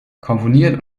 komponiert